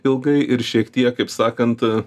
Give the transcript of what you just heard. ilgai ir šiek tiek kaip sakant